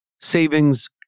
savings